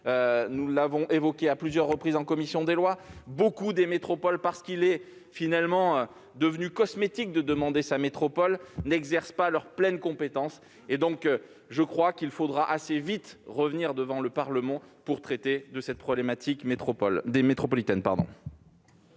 Nous l'avons évoqué à plusieurs reprises en commission des lois, beaucoup de métropoles, parce qu'il est finalement devenu « cosmétique » de demander sa métropole, n'exercent pas leurs pleines compétences. Il faudra assez vite revenir devant le Parlement pour traiter de cette problématique métropolitaine.